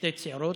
שתי צעירות,